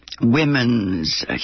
women's